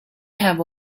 have